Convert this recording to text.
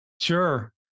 Sure